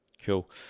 Cool